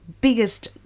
biggest